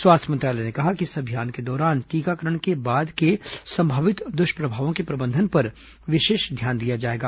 स्वास्थ्य मंत्रालय ने कहा कि इस अभ्यास के दौरान टीकाकरण के बाद के संभावित दुष्प्रभावों के प्रबंधन पर विशेष ध्यान दिया जायेगा